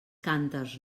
cànters